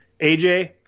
AJ